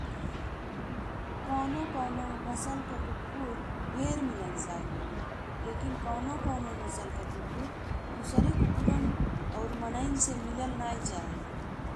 कुछ कुछ नस्ल के कुक्कुर ढेर मिलनसार होला लेकिन कुछ कुछ नस्ल के कुक्कुर दूसरे कुक्कुरन और मनई से मिलल नाहीं चाहेला।